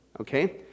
Okay